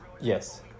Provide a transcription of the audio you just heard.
Yes